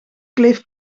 kleeft